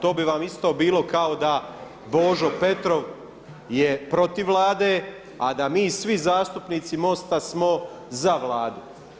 To bi vam isto bilo kao da Božo Petrov je protiv Vlade a da mi svi zastupnici MOST-a smo za Vladu.